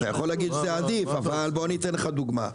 אתה יכול להגיד שזה עדיף אבל בוא אני אתן לך דוגמה.